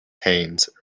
hayes